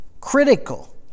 critical